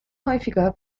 häufiger